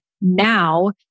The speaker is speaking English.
Now